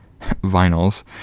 vinyls